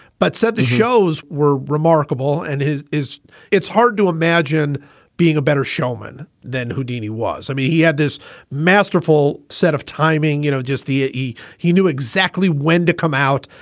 but said the shows were remarkable. remarkable. and his is it's hard to imagine being a better showman than houdini was. i mean, he had this masterful set of timing, you know, just the e! he knew exactly when to come out.